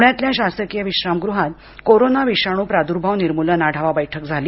पुण्यातल्या शासकीय विश्रामगृहात कोरोना विषाणू प्राद्भाव निर्मूलन आढावा बैठक घेण्यात आली